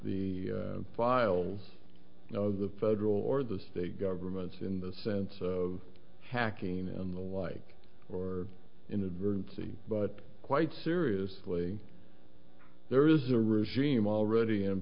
the files you know the federal or the state governments in the sense of hacking and the like or inadvertently but quite seriously there is a re